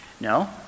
No